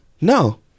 No